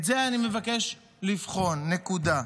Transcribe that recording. את זה אני מבקש לבחון, נקודה.